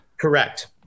Correct